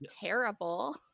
terrible